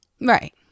Right